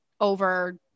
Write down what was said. over